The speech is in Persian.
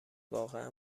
واقعا